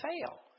fail